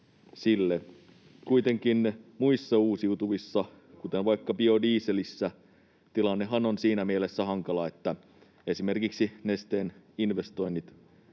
sille. Kuitenkin muissa uusiutuvissa, kuten vaikka biodieselissä, tilannehan on siinä mielessä hankala, että esimerkiksi Nesteen investoinnit